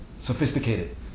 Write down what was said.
sophisticated